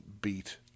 beat